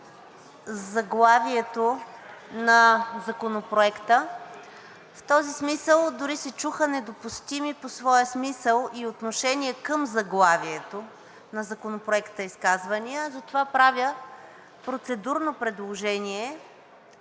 заглавието на Законопроекта. В този смисъл дори се чуха недопустими по своя смисъл и отношение към заглавието на Законопроекта изказвания. Затова правя процедурно предложение